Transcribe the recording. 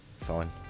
fine